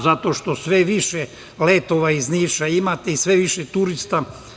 Zato što sve više letova iz Niša imate i sve više turista.